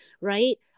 right